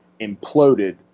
imploded